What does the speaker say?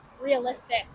realistic